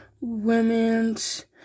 Women's